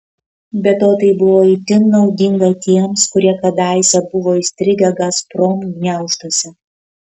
be to tai buvo itin naudinga tiems kurie kadaise buvo įstrigę gazprom gniaužtuose